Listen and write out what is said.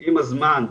ועם הזמן,